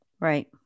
Right